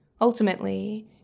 Ultimately